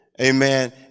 Amen